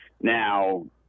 Now